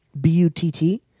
B-U-T-T